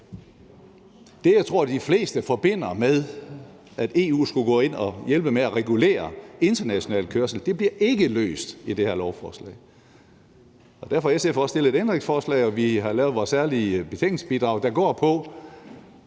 det, jeg tror de fleste forbinder med det, at EU skulle gå ind og hjælpe med at regulere international kørsel, bliver ikke løst i det her lovforslag. Derfor har SF også stillet et ændringsforslag, og vi har lavet vores særlige betænkningsbidrag, der går på,